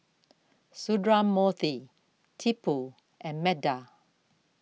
Sundramoorthy Tipu and Medha